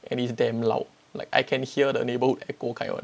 and it's damn loud like I can hear the neighbourhood echo kind one